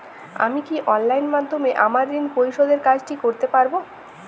আমি কি অনলাইন মাধ্যমে আমার ঋণ পরিশোধের কাজটি করতে পারব?